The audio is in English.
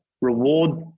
reward